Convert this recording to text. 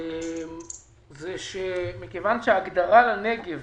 שמכיוון שהנגב